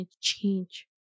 change